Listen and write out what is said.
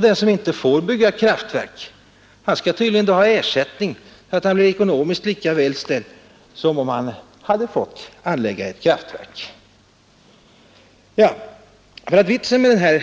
Den som inte får bygga kraftverk skall då tydligen ha ersättning, så att han blir ekonomiskt lika väl ställd som om han hade fått anlägga kraftverk. Vitsen med